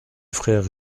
frère